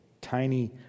Tiny